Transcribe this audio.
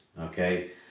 okay